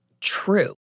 true